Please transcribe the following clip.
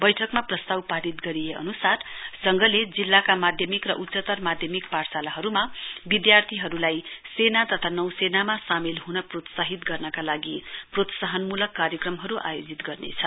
बैठकमा प्रस्तान पारित गरिए अन्सार संघले जिल्लाका माध्यमिक र उच्चतर माध्यमिक पाठशालाहरुमा विधार्थीहरुलाई सेना तथा नौसेनामा सामेल ह्न प्रोत्साहित गर्नका लागि प्रोत्साहनमूलक कार्यक्रमहरु आयोजित गर्नेछ